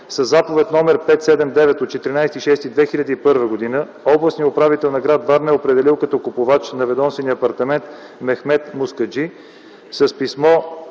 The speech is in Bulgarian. Със заповед № 579 от 14 юни 2001 г. областният управител на гр. Варна е определил като купувач на ведомствения апартамент Мехмед Мускаджи с писмо